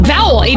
Vowel